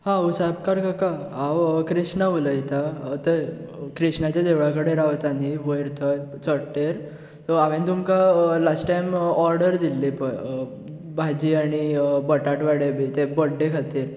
हां उसायबकार काका हांव कृष्णा उलयतां अथंय कृष्णाच्या देवळा कडेन रावतां नी वयर थंय चडटेर सो हांवें तुमका लास्ट टायम ओर्डर दिल्ली पळय भाजी आनी बटाटवडे बी ते बड्डे खातीर